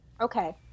Okay